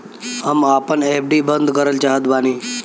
हम आपन एफ.डी बंद करल चाहत बानी